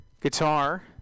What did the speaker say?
guitar